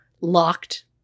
locked